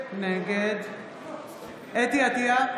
נגד חוה אתי עטייה,